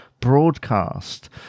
broadcast